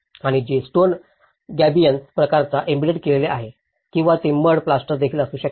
आणि जे stone gabions प्रकारात एम्बेड केलेले आहे किंवा ते मड प्लास्टर देखील असू शकते